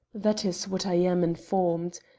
that is what i am informed.